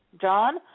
John